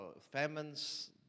famines